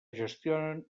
gestionen